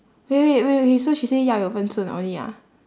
wait wait wait wait okay so she say 要有分寸 only ah